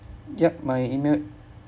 yup my email